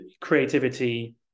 creativity